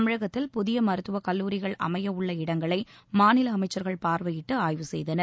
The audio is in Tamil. தமிழகத்தில் புதிய மருத்துவக் கல்லூரிகள் அமைய உள்ள இடங்களை மாநில அமைச்சர்கள் பார்வையிட்டு ஆய்வு செய்தனர்